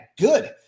good